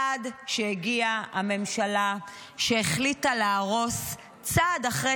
עד שהגיעה הממשלה שהחליטה להרוס צעד אחרי